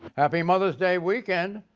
happy mother's day weekend,